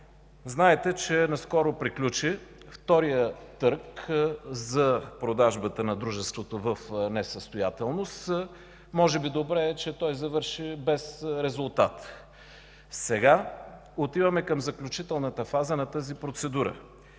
Знаете, че наскоро приключи вторият търг за продажбата на дружеството в несъстоятелност. Може би е добре, че той завърши без резултат. Сега отиваме към заключителната фаза на тази процедура.